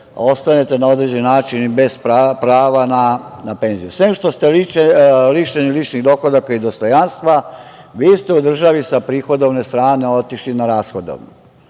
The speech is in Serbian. ostanete na određen način i bez prava na penziju. Sem što ste lišeni ličnih dohodaka i dostojanstva, vi ste u državi sa prihodovne strane otišli sa rashodovnu.